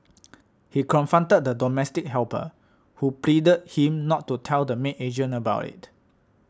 he confronted the domestic helper who pleaded him not to tell the maid agent about it